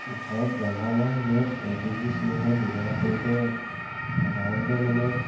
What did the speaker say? ঘৰত ৰন্ধা বঢ়া সময়ত এল পি জি চিলিণ্ডাৰ ব্য়ৱহাৰ কৰোঁতে সাধাৰণতে মানে